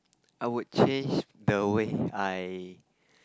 I would change the way I